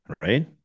right